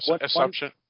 assumption